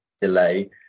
delay